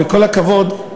בכל הכבוד,